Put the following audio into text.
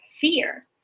fear